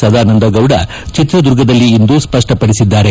ಸದಾನಂದಗೌದ ಚಿತ್ರದುರ್ಗದಲ್ಲಿಂದು ಸ್ಪಷ್ಟಪಡಿಸಿದ್ದಾರೆ